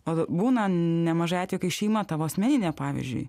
o būna nemažai atvejų kai šeima tavo asmeninė pavyzdžiui